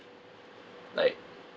like